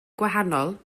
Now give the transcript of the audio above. gwahanol